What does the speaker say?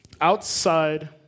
Outside